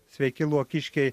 sveiki luokiškiai